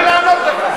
תן לי לענות לך.